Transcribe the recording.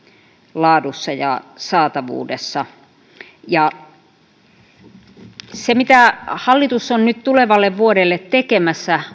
laadussa ja saatavuudessa on aivan selvää että se mitä hallitus on nyt tulevalle vuodelle tekemässä